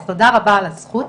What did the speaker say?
אז תודה רבה על הזכות.